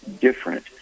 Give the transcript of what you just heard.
different